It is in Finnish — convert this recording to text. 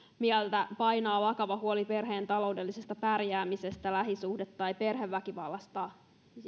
mieltä painaa vakava huoli perheen taloudellisesta pärjäämisestä lähisuhde tai perheväkivallasta